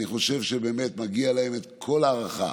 אני חושב שבאמת מגיעה להם כל ההערכה.